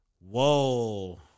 whoa